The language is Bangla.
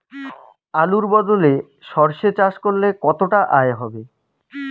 আলুর বদলে সরষে চাষ করলে কতটা আয় হবে?